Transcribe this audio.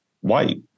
white